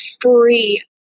free